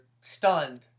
stunned